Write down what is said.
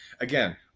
again